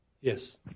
Yes